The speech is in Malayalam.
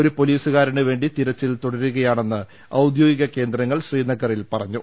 ഒരു പൊലീസുകാരനുവേണ്ടി തെരച്ചിൽ തുടരു കയാണെന്ന് ഔദ്യോഗിക കേന്ദ്രങ്ങൾ ശ്രീനഗറിൽ പറഞ്ഞു